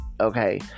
okay